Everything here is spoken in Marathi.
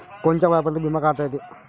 कोनच्या वयापर्यंत बिमा काढता येते?